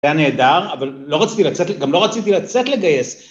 זה היה נהדר, אבל גם לא רציתי לצאת לגייס.